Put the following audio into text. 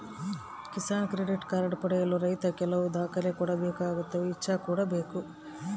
Kisan credit card ಪಡೆಯಲು ರೈತ ಕೆಲವು ದಾಖಲೆ ಬೇಕಾಗುತ್ತವೆ ಇಚ್ಚಾ ಕೂಡ ಬೇಕು